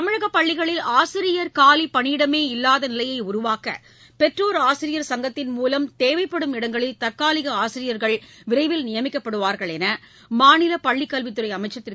தமிழக பள்ளிகளில் ஆசிரியர் காலிப்பனியிடமே இல்லாத நிலையை உருவாக்க பெற்றோர் ஆசிரியர் சங்கத்தின் மூலம் தேவைப்படும் இடங்களில் தற்காலிக ஆசிரியர்கள் விரைவில் நியமிக்கப்படுவார்கள் என்று மாநில பள்ளிக் கல்வித்துறை அமைச்சர் திரு